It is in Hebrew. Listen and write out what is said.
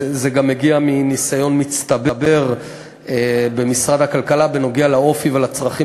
זה גם הגיע מניסיון מצטבר במשרד הכלכלה בנוגע לאופי ולצרכים